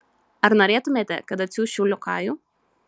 ar norėtumėte kad atsiųsčiau liokajų